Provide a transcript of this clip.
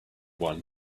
one